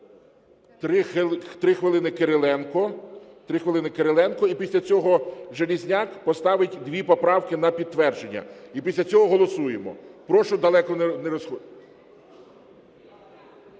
3 хвилини Кириленко, і після цього Железняк поставить дві поправки на підтвердження, і після цього голосуємо. Прошу далеко не розходитись.